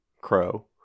Crow